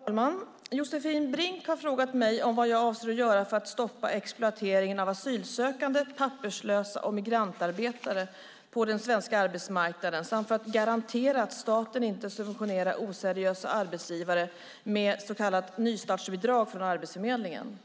Herr talman! Josefin Brink har frågat mig vad jag avser att göra för att stoppa exploateringen av asylsökande, papperslösa och migrantarbetare på den svenska arbetsmarknaden samt för att garantera att staten inte subventionerar oseriösa arbetsgivare med så kallat nystartsbidrag från Arbetsförmedlingen.